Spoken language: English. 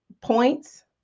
points